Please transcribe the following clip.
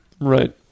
Right